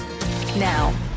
now